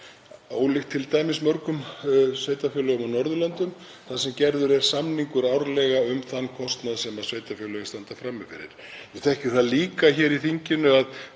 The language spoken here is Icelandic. ólíkt t.d. mörgum sveitarfélögum á Norðurlöndum þar sem gerður er samningur árlega um þann kostnað sem sveitarfélögin standa frammi fyrir. Við þekkjum það líka hér í þinginu að